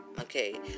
Okay